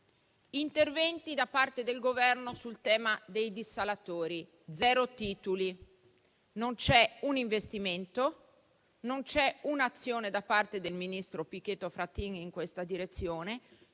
interventi da parte del Governo sul tema dei dissalatori, "*zeru tituli*", non c'è un investimento, non c'è un'azione da parte del ministro Pichetto Fratin in questa direzione.